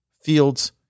fields